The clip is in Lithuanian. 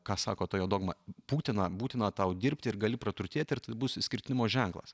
ką sako ta jo dogma būtina būtina tau dirbti ir gali praturtėti ir tai bus išskirtinumo ženklas